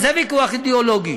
זה ויכוח אידיאולוגי.